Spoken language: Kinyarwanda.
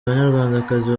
banyarwandakazi